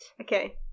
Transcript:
Okay